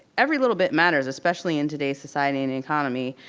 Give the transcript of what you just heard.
every little bit matters, especially in today's society and economy.